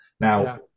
Now